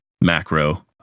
macro